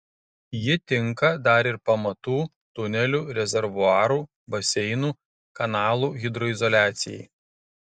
ji tinka dar ir pamatų tunelių rezervuarų baseinų kanalų hidroizoliacijai